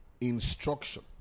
instruction